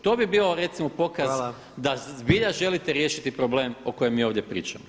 To bi bio recimo pokaz da zbilja želite riješiti problem o kojem mi ovdje pričamo.